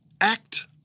Act